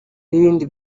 n’ibindi